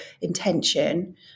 intention